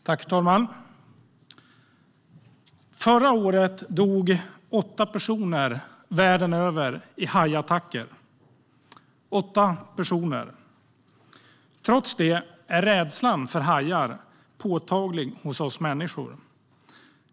Herr talman! Förra året dog åtta personer, världen över, i hajattacker - åtta personer. Trots det är rädslan för hajar påtaglig hos oss människor.